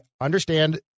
understand